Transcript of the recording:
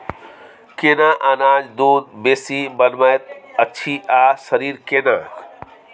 केना अनाज दूध बेसी बनबैत अछि आ शरीर केना?